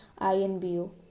INBO